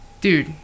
Dude